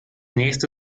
nächste